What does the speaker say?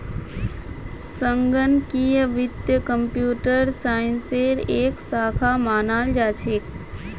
संगणकीय वित्त कम्प्यूटर साइंसेर एक शाखा मानाल जा छेक